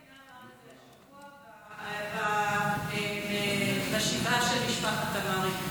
נשיא המדינה אמר את זה השבוע בשבעה של משפחת תמרי.